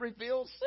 reveals